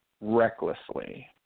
recklessly